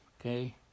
okay